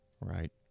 Right